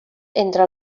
entre